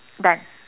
done